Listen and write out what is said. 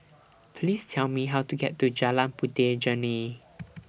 Please Tell Me How to get to Jalan Puteh Jerneh